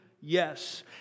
Yes